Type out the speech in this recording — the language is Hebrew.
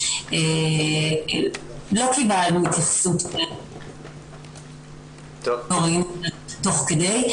לא קיבלנו התייחסות --- תוך כדי.